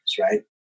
right